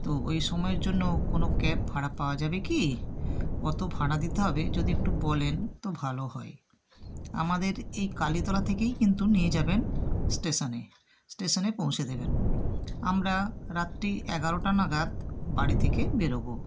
তো ওই সময়ের জন্য কোনো ক্যাব ভাড়া পাওয়া যাবে কি কত ভাড়া দিতে হবে যদি একটু বলেন তো ভালো হয় আমাদের এই কালীতলা থেকেই কিন্তু নিয়ে যাবেন স্টেশনে স্টেশনে পৌঁছে দেবেন আমরা রাত্রি এগারোটা নাগাদ বাড়ি থেকে বেরবো